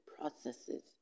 processes